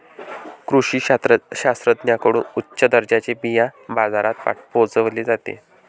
कृषी शास्त्रज्ञांकडून उच्च दर्जाचे बिया बाजारात पोहोचवले जाते